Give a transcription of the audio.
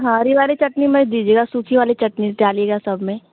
हरी वाली चटनी मत दीजिएगा सूखी वाली चटनी डालिएगा सब में